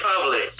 public